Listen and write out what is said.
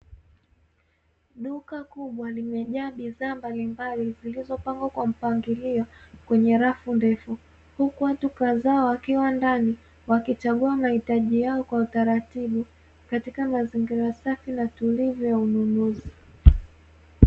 Duka kubwa limejaa bidhaa mbalimbali zilizopangwa kwa mpangilio kwenye rafu ndefu, huku watu kadhaa wakiwa ndani wakichagua mahitaji yao kwa utaratibu katika mazingira safi na tulivu ya ununuzi.